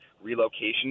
relocation